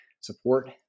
support